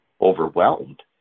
overwhelmed